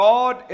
God